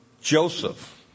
Joseph